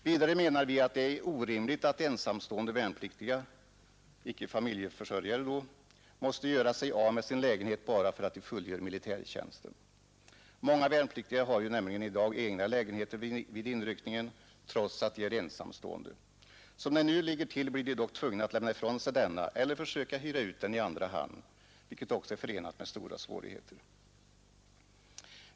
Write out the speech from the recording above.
Vidare menar vi att det är orimligt att ensamstående värnpliktiga måste göra sig av med sin lägenhet bara för att de fullgör militärtjänsten. Många värnpliktiga har nämligen i dag egna lägenheter vid inryckningen trots att de är ensamstående. Som det nu ligger till blir de dock tvungna att lämna ifrån sig lägenheten eller försöka hyra ut den i andra hand, vilket är förenat med stora svårigheter.